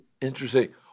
Interesting